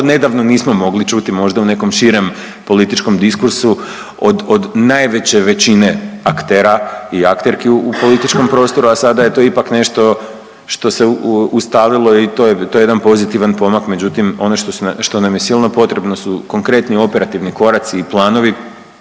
vrlo nedavno nismo mogli čuti možda u nekom širem političkom diskursu od, od najveće većine aktera i akterki u političkom prostoru, a sada je to ipak nešto što se ustalilo i to je, to je jedan pozitivan pomak, međutim ono što nam je silno potrebno su konkretni operativni koraci i planovi